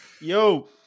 Yo